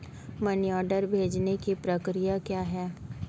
Money order भेजने की प्रक्रिया क्या है?